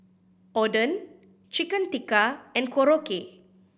Oden Chicken Tikka and Korokke